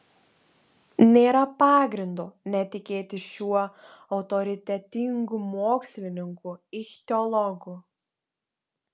nėra pagrindo netikėti šiuo autoritetingu mokslininku ichtiologu